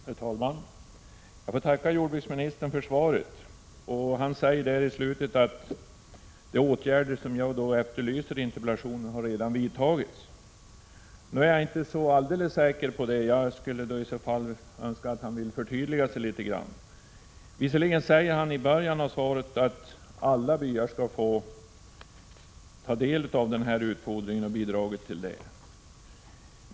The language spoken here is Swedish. Herr talman! Jag tackar jordbruksministern för svaret. Visserligen säger statsrådet i inledningen att alla byar skall få börja med särskild utfodring och få bidrag till det.